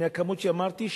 במספרים שציינתי,